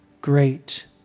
great